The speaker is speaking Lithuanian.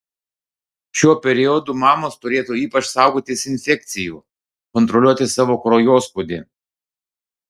šiuo periodu mamos turėtų ypač saugotis infekcijų kontroliuoti savo kraujospūdį